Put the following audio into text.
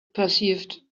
perceived